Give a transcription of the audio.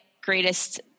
greatest